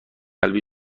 قلبی